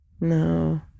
no